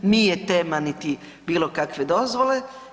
Nije tema niti bilo kakve dozvole.